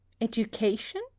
Education